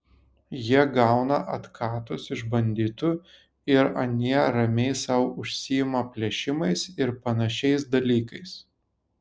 jie gauna atkatus iš banditų ir anie ramiai sau užsiima plėšimais ir panašiais dalykais